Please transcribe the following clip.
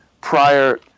prior